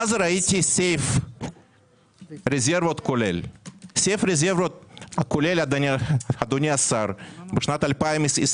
ואז ראיתי סעיף רזרבות כולל, אדוני השר, ב-22'